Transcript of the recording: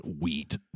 Wheat